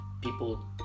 people